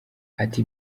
ati